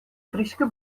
fryske